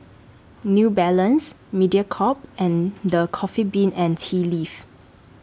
New Balance Mediacorp and The Coffee Bean and Tea Leaf